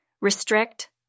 restrict